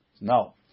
No